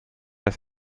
als